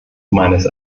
meines